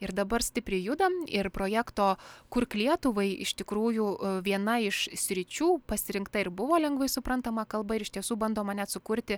ir dabar stipriai judam ir projekto kurk lietuvai iš tikrųjų viena iš sričių pasirinkta ir buvo lengvai suprantama kalba ir iš tiesų bandoma net sukurti